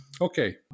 Okay